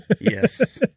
Yes